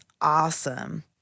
awesome